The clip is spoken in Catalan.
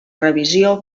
revisió